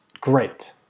great